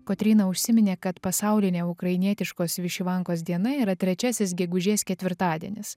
kotryna užsiminė kad pasaulinė ukrainietiškos višivankos diena yra trečiasis gegužės ketvirtadienis